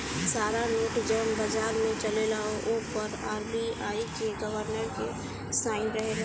सारा नोट जवन बाजार में चलेला ओ पर आर.बी.आई के गवर्नर के साइन रहेला